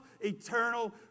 eternal